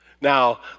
Now